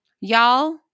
Y'all